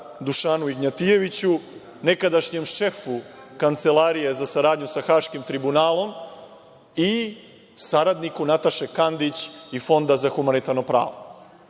Dušanu Ignjatijaviću, nekadašnjem šefu Kancelarije za saradnju sa Haškim tribunalom i saradniku Nataše Kandić i Fonda za humanitarno pravo.